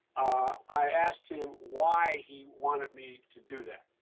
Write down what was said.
i asked him why he wanted me to do that,